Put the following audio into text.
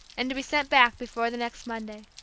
and to be sent back before the next monday.